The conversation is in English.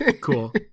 cool